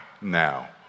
now